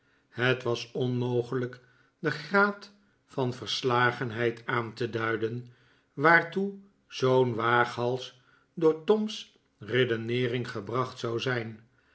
het was onmogelijk den graad van verslagenheid aan te duiden waartoe zoo'n waaghals door tim's redeneering gebracht zou zijn